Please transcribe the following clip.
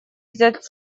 взять